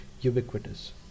ubiquitous